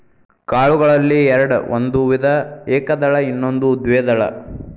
ಕಾಳುಗಳಲ್ಲಿ ಎರ್ಡ್ ಒಂದು ವಿಧ ಏಕದಳ ಇನ್ನೊಂದು ದ್ವೇದಳ